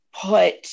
put